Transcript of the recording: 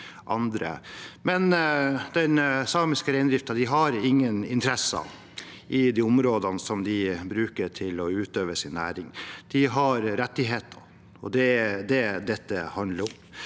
samiske reindriften har ingen interesser i de områdene de bruker til å utøve sin næring. De har rettigheter, og det er det dette handler om.